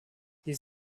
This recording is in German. dies